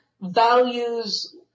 values